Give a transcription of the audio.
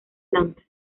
planta